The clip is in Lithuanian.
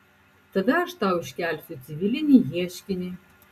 tada aš tau iškelsiu civilinį ieškinį